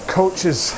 coaches